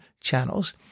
channels